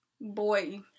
boy